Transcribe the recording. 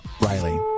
Riley